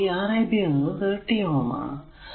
അപ്പോൾ ഈ Rab എന്നത് 30Ω ആണ്